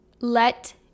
let